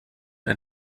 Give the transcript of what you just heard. ein